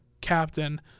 captain